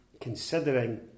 considering